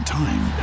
time